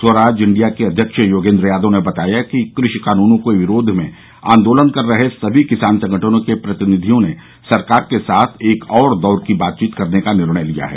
Swaraj India के अध्यक्ष योगेन्द्र यादव ने बताया कि कृषि कानूनों के विरोध में आंदोलन कर रहे सभी किसान संगठनों के प्रतिनिधियों ने सरकार के साथ एक और दौर की बातचीत करने का निर्णय लिया है